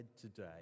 today